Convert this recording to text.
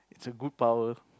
it's a good power